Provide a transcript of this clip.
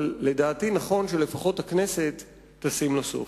אבל לדעתי נכון שלפחות הכנסת תשים לו סוף.